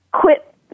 quit